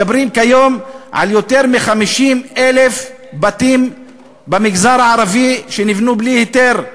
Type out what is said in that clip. מדברים כיום על יותר מ-50,000 בתים במגזר הערבי שנבנו בלי היתר.